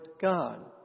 God